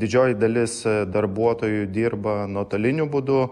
didžioji dalis darbuotojų dirba nuotoliniu būdu